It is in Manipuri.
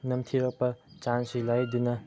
ꯅꯝꯊꯤꯔꯛꯄ ꯆꯥꯡꯁꯁꯨ ꯂꯩ ꯑꯗꯨꯅ